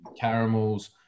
caramels